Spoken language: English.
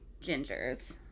Ginger's